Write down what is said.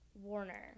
Warner